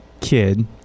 kid